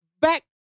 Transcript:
back